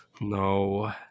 No